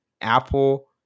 Apple